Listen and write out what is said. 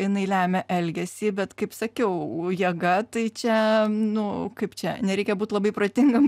jinai lemia elgesį bet kaip sakiau jėga tai čia nu kaip čia nereikia būt labai protingam